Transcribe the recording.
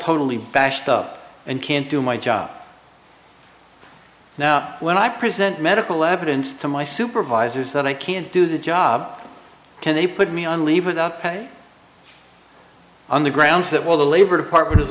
totally bashed up and can't do my job now when i present medical evidence to my supervisors that i can't do the job can they put me on leave it up on the grounds that while the labor department